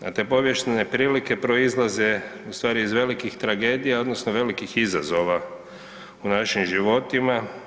A te povijesne prilike proizlaze u stvari iz velikih tragedija odnosno velikih izazova u našim životima.